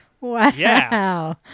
Wow